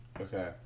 Okay